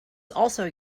also